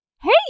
Hey